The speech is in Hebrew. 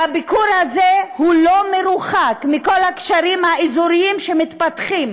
והביקור הזה לא מרוחק מכל הקשרים האזוריים שמתפתחים